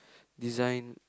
design